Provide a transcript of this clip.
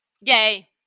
yay